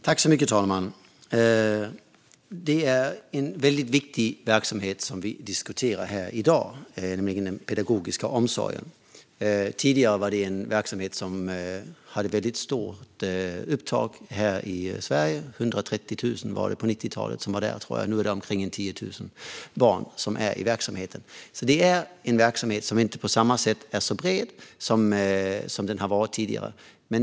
Fru talman! Det är en viktig verksamhet som vi diskuterar i dag, nämligen den pedagogiska omsorgen. Tidigare var det en verksamhet som hade ett stort upptag i Sverige. Det var 130 000 på 90-talet. Nu är det omkring 10 000 barn i verksamheten. Verksamheten är i dag inte så bred som den var tidigare.